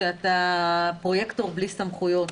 שאתה פרויקטור בלי סמכויות.